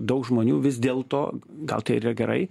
daug žmonių vis dėlto gal tai ir yra gerai